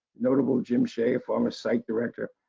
notable jim shay, former site director.